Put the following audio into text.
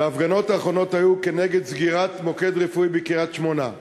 אבל ההפגנות האחרונות היו כנגד סגירת מוקד רפואי בקריית-שמונה.